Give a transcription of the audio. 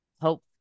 hope